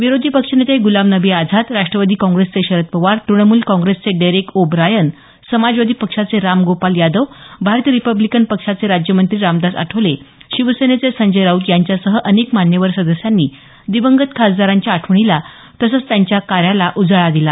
विरोधी पक्षनेते गुलाम नबी आझाद राष्ट्रवादी काँग्रेसचे शरद पवार तृणमूल काँग्रेसचे डेरेक ओ ब्रायन समाजवादी पक्षाचे रामगोपाल यादव भारतीय रिपब्लीनकन पक्षाचे राज्यमंत्री रामदास आठवले शिवसेनेचे संजय राऊत यांच्यासह अनेक मान्यवर सदस्यांनी दिवंगत खासदारांच्या आठवणीला तसंच त्यांच्या कार्याला उजाळा दिला